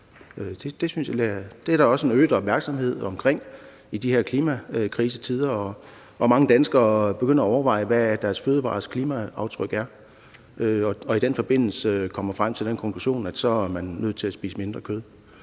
Det er der også en øget opmærksomhed på i de her klimakrisetider, og mange danskere begynder at overveje, hvad deres fødevarers klimaaftryk er, og kommer i den forbindelse frem til den konklusion, at de så er nødt til at spise mindre kød.